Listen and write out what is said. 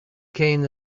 came